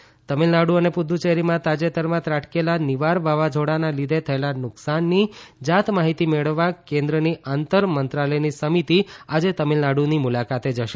કેન્દ્રીય સમિતિ તમિલનાડુ અને પુદુચેરીમાં તાજેતરમાં ત્રાટકેલા નિવાર વાવાઝોડાના લીધે થયેલા નુકસાનની જાતમાહિતી મેળવવા કેન્દ્રની આંતર મંત્રાલયની સમિતિ આજે તમિલનાડુની મુલાકાતે જશે